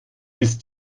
ist